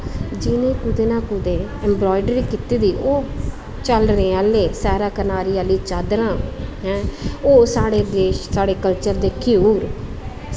जि'नें कुतै ना कुतै इम्ब्राईडरी कीती दी ओह् झाल्लरें आह्ले सैह्रा कनारी अह्ली चादरां हैं ओह् साढ़े देश कल्चर दे ध्यूर